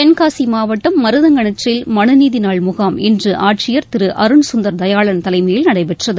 தென்காசி மாவட்டம் மருதங்கிணற்றில் மனுநீதி நாள் முகாம் இன்று ஆட்சியர் திரு அருண்கந்தர் தயாளன் தலைமையில் நடைபெற்றது